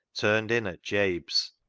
turned in at jabe's.